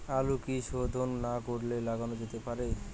আলু কি শোধন না করে লাগানো যেতে পারে?